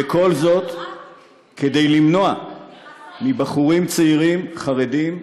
וכל זאת כדי למנוע מבחורים צעירים חרדים שבחרו,